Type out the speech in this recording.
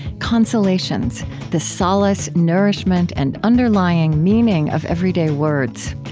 consolations the solace, nourishment, and underlying meaning of everyday words,